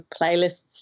playlists